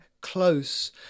close